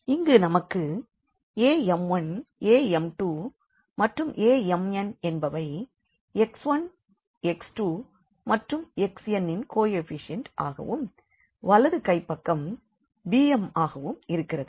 இங்கு நமக்கு am1 am2 மற்றும் amnஎன்பவை x1 x2 மற்றும் xn ன் கோ எஃபிஷியன்ட் ஆகவும் வலது கைப்பக்கம் bmஆகவும் இருக்கிறது